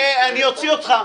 אני אוציא אותך.